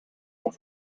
was